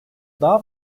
daha